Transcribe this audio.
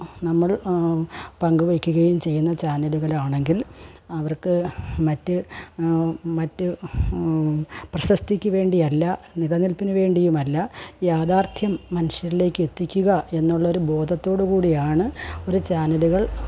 നമ്മൾ പങ്കുവയ്ക്കുകയും ചെയ്യുന്ന ചാനലുകളാണെങ്കിൽ അവർക്ക് മറ്റു മറ്റ് പ്രശസ്തിക്കു വേണ്ടിയല്ല നിലനില്പിനുവേണ്ടിയുമല്ല യാഥാർഥ്യം മനുഷ്യർലേക്ക് എത്തിക്കുക എന്നുള്ളൊരു ബോധത്തോടുകൂടിയാണ് ഒരു ചാനലുകൾ